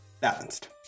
Balanced